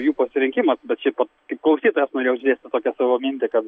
jų pasirinkimas bet šiaip vat kaip klausytojas norėjau išdėstyt tokią savo mintį kad